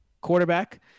quarterback